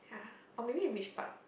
yeah or maybe which part